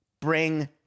bring